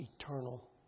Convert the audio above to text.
eternal